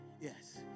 Yes